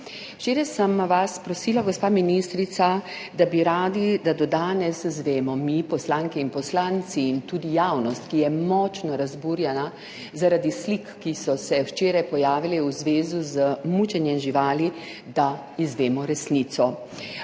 Včeraj sem vas prosila, gospa ministrica, da bi radi, da do danes izvemo mi, poslanke in poslanci in tudi javnost, ki je močno razburjena, zaradi slik, ki so se včeraj pojavile v zvezi z mučenjem živali, da izvemo resnico.